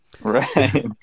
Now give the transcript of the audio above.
Right